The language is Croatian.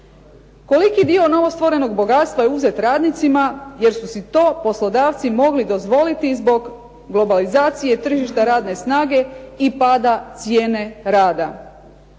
Koliki dio novostvorenog bogatstva je uzet radnicima jer su si to poslodavci mogli dozvoliti i zbog globalizacije tržišta radne snage i pada cijene rada.